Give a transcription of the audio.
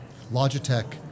Logitech